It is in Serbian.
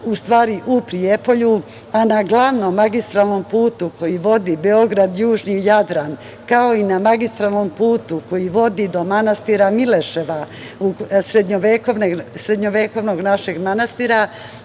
u stvari u Prijepolju, a na glavnom magistralnom putu koji vodi Beograd-južni Jadran, kao i na magistralnom putu koji vodi do manastira Mileševa, srednjovekovnog našeg manastira,